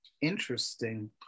Interesting